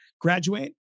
graduate